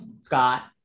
Scott